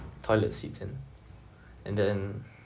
toilet seats and and then